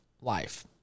life